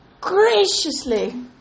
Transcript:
graciously